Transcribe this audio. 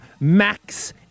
Max